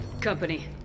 Company